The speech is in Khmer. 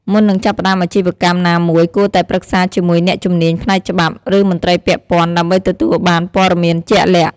មុននឹងចាប់ផ្តើមអាជីវកម្មណាមួយ គួរតែប្រឹក្សាជាមួយអ្នកជំនាញផ្នែកច្បាប់ ឬមន្ត្រីពាក់ព័ន្ធដើម្បីទទួលបានព័ត៌មានជាក់លាក់។